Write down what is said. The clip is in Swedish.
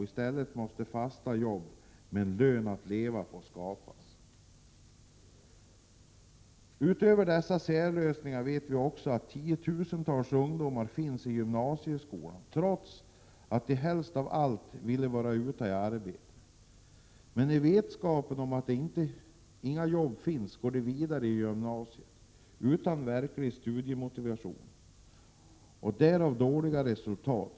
I stället måste fasta jobb med en lön att leva på skapas. Utöver dessa särlösningar vet vi att tiotusentals ungdomar går i gymnasieskolan, trots att de helst av allt vill arbeta. Men i vetskap om att inga jobb finns att få fortsätter de i gymnasiet utan verklig studiemotivation med därav följande dåliga resultat.